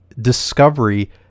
discovery